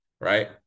right